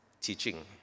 teaching